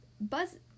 Buzz